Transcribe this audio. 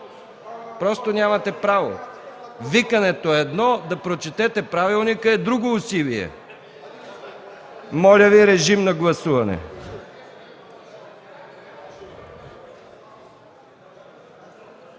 Просто нямате право. Викането е едно, да прочетете правилника е друго усилие. Моля, гласувайте.